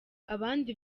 abandi